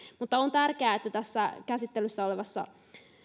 mutta on tärkeää että tässä käsittelyssä olevassa